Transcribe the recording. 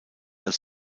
als